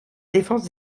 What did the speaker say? défense